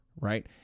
right